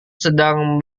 sedang